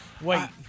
Wait